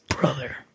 Brother